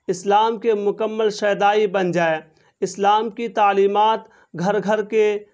اسلام کے مکمل شیدائی بن جائے اسلام کی تعلیمات گھر گھر کے